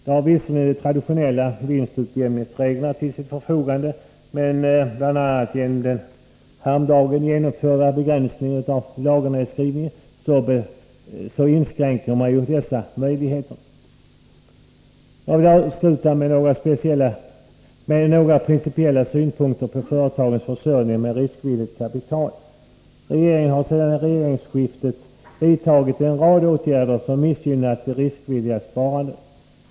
De har visserligen de traditionella vinstutjämningsreglerna till sitt förfogande, men bl.a. genom de häromdagen genomförda begränsningarna av lagernedskrivningen inskränks dessa möjligheter. Jag vill avsluta med några principiella synpunkter på företagens försörjning med riskvilligt kapital. Regeringen har sedan regeringsskiftet vidtagit en rad åtgärder som missgynnat det riskvilliga sparandet.